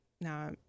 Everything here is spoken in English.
now